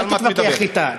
לא, אל תתווכח אתה.